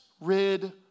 rid